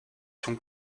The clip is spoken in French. sont